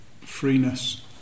freeness